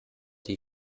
die